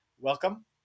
welcome